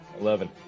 Eleven